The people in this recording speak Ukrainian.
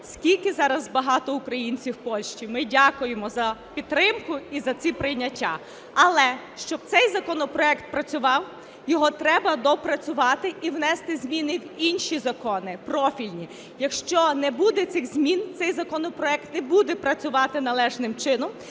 скільки зараз багато українців в Польщі, ми дякуємо за підтримку і за ці прийняття. Але, щоб цей законопроект працював, його треба доопрацювати і внести зміни в інші закони, профільні. Якщо не буде цих змін, цей законопроект не буде працювати належним чином.